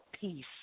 peace